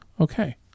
Okay